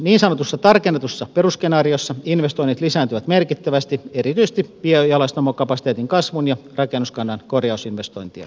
niin sanotussa tarkennetussa perusskenaariossa investoinnit lisääntyvät merkittävästi erityisesti biojalostamokapasiteetin kasvun ja rakennuskannan korjausinvestointien seurauksena